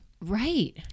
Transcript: Right